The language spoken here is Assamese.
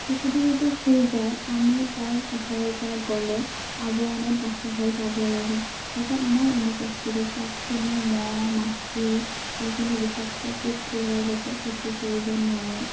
শিশুটি যেতিয়া শুই যায় আমি তাৰ ওচৰৰ পৰা গ'লে আৱৰণত ৰাখিহে যাব লাগে যাতে আমাৰ অনুপস্থিতিত তাক কোনো মহ মাখি বা কোনো বিষাক্ত পোক পৰুৱাই যাতে ক্ষতি কৰিব নোৱাৰে